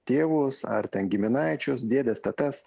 tėvus ar ten giminaičius dėdes tetas